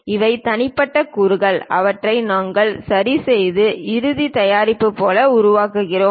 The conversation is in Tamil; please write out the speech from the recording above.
இவை தனிப்பட்ட கூறுகள் அவற்றை நாங்கள் சரிசெய்து இறுதி தயாரிப்பு போல உருவாக்குகிறோம்